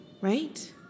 right